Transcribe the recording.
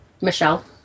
Michelle